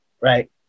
right